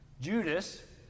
Judas